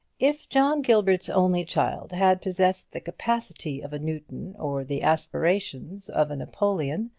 if john gilbert's only child had possessed the capacity of a newton or the aspirations of a napoleon,